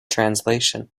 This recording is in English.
translation